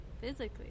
physically